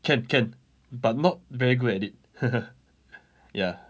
can can but not very good at it ya